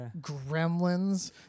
Gremlins